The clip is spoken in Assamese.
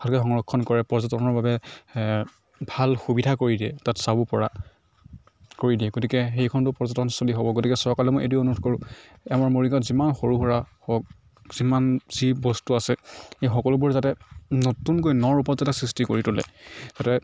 ভালকৈ সংৰক্ষণ কৰে পৰ্যটনৰ বাবে ভাল সুবিধা কৰি দিয়ে তাত চাব পৰা কৰি দিয়ে গতিকে সেইখনটো পৰ্যটনস্থলী হ'ব গতিকে চৰকাৰলৈ মই এইটো অনুৰোধ কৰোঁ এই আমাৰ মৰিগাঁৱত যিমান সৰু সুৰা হওক যিমান যি বস্তু আছে এই সকলোবোৰ যাতে নতুনকৈ ন ৰূপত যাতে সৃষ্টি কৰি তোলে গতিকে